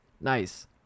Nice